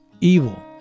evil